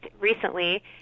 recently